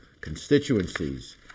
constituencies